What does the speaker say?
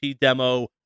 demo